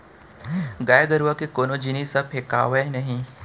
गाय गरूवा के कोनो जिनिस ह फेकावय नही